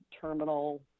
terminal